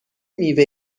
میوه